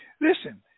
Listen